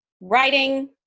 writing